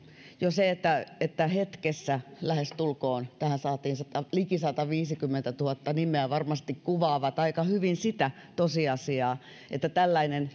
jo se että että lähestulkoon hetkessä tähän saatiin liki sataviisikymmentätuhatta nimeä varmasti kuvaa aika hyvin sitä tosiasiaa että tällainen